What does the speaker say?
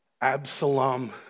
Absalom